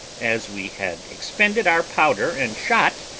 as we had expended our powder and shot,